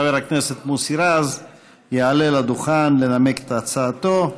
חבר הכנסת מוסי רז יעלה לדוכן לנמק את הצעתו.